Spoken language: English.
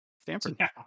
Stanford